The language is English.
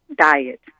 diet